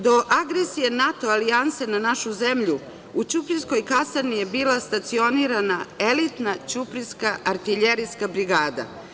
Do agresije NATO alijanse na našu zemlju u ćuprijskoj kasarni je bila stacionirana elitna ćuprijska artiljerijska brigada.